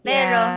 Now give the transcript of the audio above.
Pero